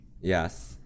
Yes